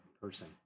person